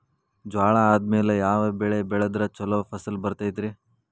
ಜ್ವಾಳಾ ಆದ್ಮೇಲ ಯಾವ ಬೆಳೆ ಬೆಳೆದ್ರ ಛಲೋ ಫಸಲ್ ಬರತೈತ್ರಿ?